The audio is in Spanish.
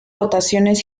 votaciones